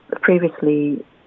previously